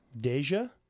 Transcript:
Deja